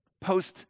post-